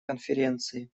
конференции